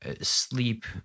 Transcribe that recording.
sleep